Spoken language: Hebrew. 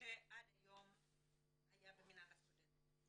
שעד היום היה במינהל הסטודנטים,